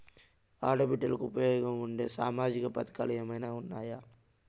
ఆడ బిడ్డలకు ఉపయోగం ఉండే సామాజిక పథకాలు ఏమైనా ఉన్నాయా?